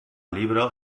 libro